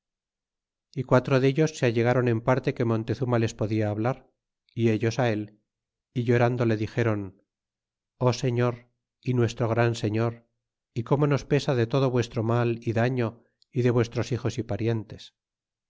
y quatro dellos se allegaron en parte que montezuma les podia hablar y ellos él y lloran do le dixéron señor é nuestro gran señor y como nos pesa de todo vuestro mal y daño y de vuestros hijos y parientes